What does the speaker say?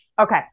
Okay